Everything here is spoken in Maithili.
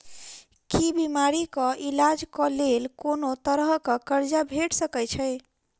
की बीमारी कऽ इलाज कऽ लेल कोनो तरह कऽ कर्जा भेट सकय छई?